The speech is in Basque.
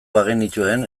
bagenituen